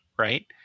Right